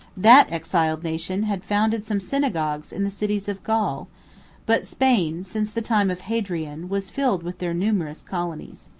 that exiled nation had founded some synagogues in the cities of gaul but spain, since the time of hadrian, was filled with their numerous colonies.